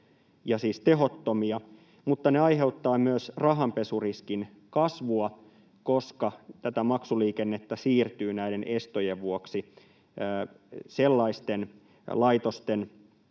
ja siis tehottomia, mutta ne aiheuttavat myös rahanpesuriskin kasvua, koska maksuliikennettä siirtyy näiden estojen vuoksi sellaisten laitosten